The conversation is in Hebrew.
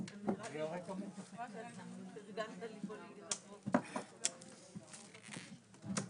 12:35.